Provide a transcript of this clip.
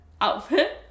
outfit